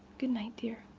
good night, dear.